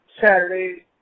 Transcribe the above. Saturday